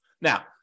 Now